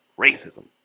racism